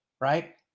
right